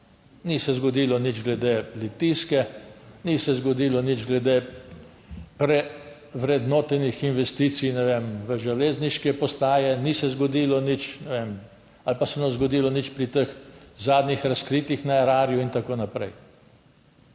Ni se zgodilo nič glede Litijske, ni se zgodilo nič glede vrednotenih investicij, ne vem, v železniške postaje, ni se zgodilo nič, ne vem ali pa se ni zgodilo nič pri teh zadnjih razkritjih na Erarju, in tako naprej.